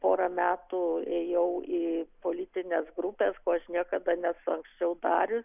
porą metų ėjau į politines grupes ko aš niekada nesu anksčiau darius